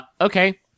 Okay